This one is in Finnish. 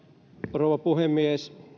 rouva puhemies